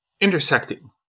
intersecting